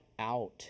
out